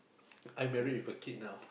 I'm married with a kid now